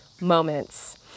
moments